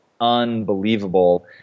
unbelievable